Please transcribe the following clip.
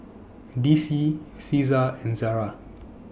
D C Cesar and Zara